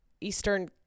Eastern